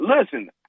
listen